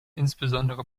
insbesondere